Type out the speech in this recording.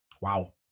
Wow